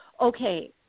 okay